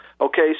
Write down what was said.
Okay